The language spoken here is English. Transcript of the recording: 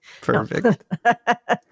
perfect